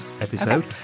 episode